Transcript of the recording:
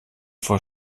vor